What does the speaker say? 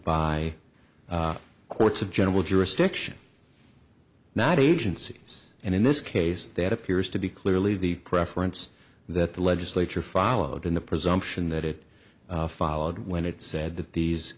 by courts of general jurisdiction not agencies and in this case that appears to be clearly the preference that the legislature followed in the presumption that it followed when it said that